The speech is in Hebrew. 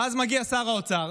ואז מגיע שר האוצר